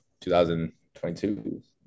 2022